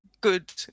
good